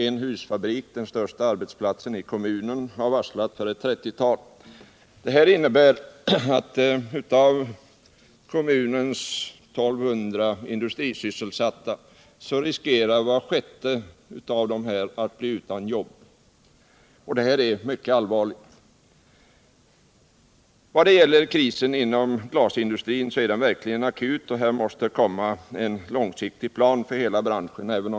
En husfabrik, den största arbetsplatsen i kommunen, har 9 mars 1978 varslat ett 30-tal anställda. Detta innebär att av kommunens I 200 industrisysselsatta riskerar var sjätte att bli utan jobb. Situationen är alltså mycket Om åtgärder för allvarlig. att bibehålla sys Krisen inom glasindustrin är verkligen akut, och det måste komma till selsättningen vid stånd en långsiktig plan för hela branschen.